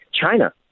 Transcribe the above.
China